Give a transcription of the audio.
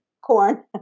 corn